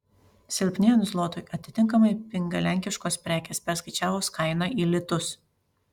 silpnėjant zlotui atitinkamai pinga lenkiškos prekės perskaičiavus kainą į litus